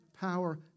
power